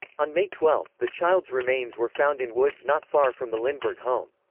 on may twelve, the child's remains were found in woods not far from the lindbergh home.